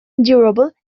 durable